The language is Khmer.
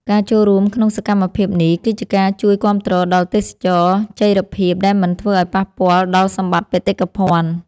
ការចូលរួមក្នុងសកម្មភាពនេះ គឺជាការជួយគាំទ្រដល់ទេសចរណ៍ចីរភាពដែលមិនធ្វើឱ្យប៉ះពាល់ដល់សម្បត្តិបេតិកភណ្ឌ។